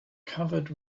covered